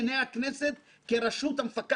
הפיננסיים חבר הכנסת יואב קיש,